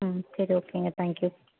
ம் சரி ஓகேங்க தேங்க் யூ